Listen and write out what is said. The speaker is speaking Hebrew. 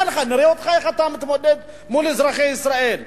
נראה איך אתה מתמודד מול אזרחי מדינת ישראל.